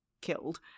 killed